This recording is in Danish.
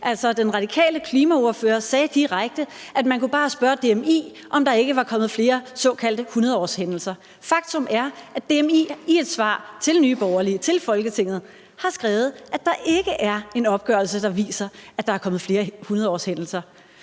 Altså, Radikale Venstres klimaordfører sagde direkte, at man bare kunne spørge DMI, om der ikke var kommet flere såkaldte hundredårshændelser. Faktum er, at DMI i et svar til Nye Borgerlige og til Folketinget har skrevet, at der ikke er en opgørelse, der viser, at der er kommet flere hundredårshændelser.